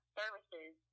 services